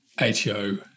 ATO